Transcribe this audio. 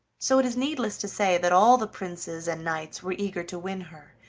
so it is needless to say that all the princes and knights were eager to win her,